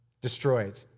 destroyed